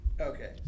Okay